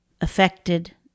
affected